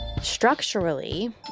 structurally